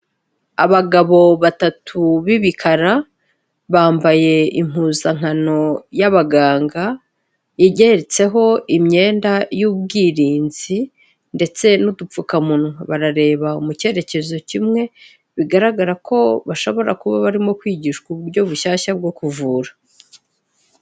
Abagabo batatu b'ibikara, bambaye impuzankano y'abaganga, igeretseho imyenda y'ubwirinzi ndetse n'udupfukamunwa, barareba mu cyerekezo kimwe, bigaragara ko bashobora kuba barimo kwigishwa uburyo bushyashya bwo kuvura.